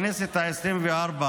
אני העברתי חוק חשמל בכנסת העשרים-וארבע